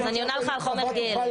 אני עונה לך על חומר גלם.